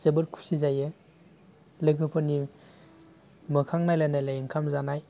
जोबोद खुसि जायो लोगोफोरनि मोखां नायलाय नालाय ओंखाम जानाय